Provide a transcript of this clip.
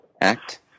act